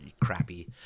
crappy